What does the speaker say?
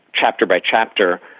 chapter-by-chapter